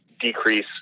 decrease